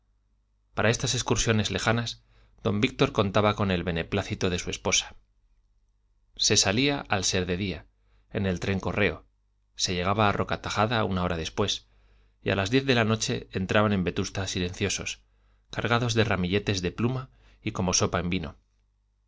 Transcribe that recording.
para estas excursiones lejanas don víctor contaba con el beneplácito de su esposa se salía al ser de día en el tren correo se llegaba a roca tajada una hora después y a las diez de la noche entraban en vetusta silenciosos cargados de ramilletes de pluma y como sopa en vino